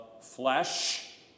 flesh